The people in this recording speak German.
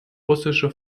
russische